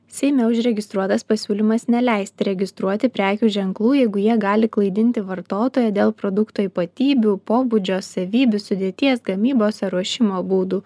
seime užregistruotas pasiūlymas neleisti registruoti prekių ženklų jeigu jie gali klaidinti vartotoją dėl produkto ypatybių pobūdžio savybių sudėties gamybos ar ruošimo būdų